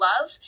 love